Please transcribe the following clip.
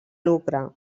lucre